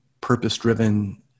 purpose-driven